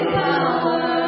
power